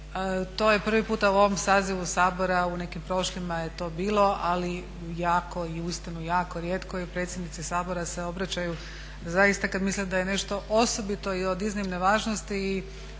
To je prvi puta u ovom sazivu Sabora, u nekim prošlima je to bilo, ali jako i uistinu jako rijetko i predsjednici Sabora se obraćaju zaista kad misle da je nešto osobito i od iznimne važnosti i